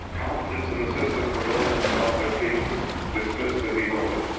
confidence in the system for those who saw their cases dismissed is eroded.